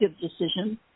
decision